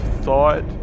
thought